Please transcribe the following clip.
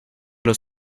los